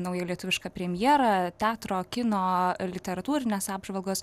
naują lietuvišką premjerą teatro kino ar literatūrinės apžvalgos